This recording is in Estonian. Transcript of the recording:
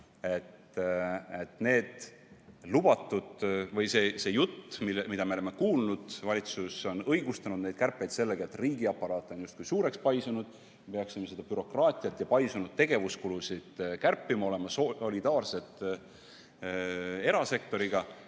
selgeks teha. See jutt, mida me oleme kuulnud, kui valitsus on õigustanud neid kärpeid, on see, et riigiaparaat on justkui suureks paisunud, me peaksime seda bürokraatiat ja paisunud tegevuskulusid kärpima, olema solidaarsed erasektoriga.